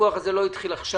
הוויכוח הזה לא התחיל עכשיו.